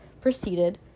proceeded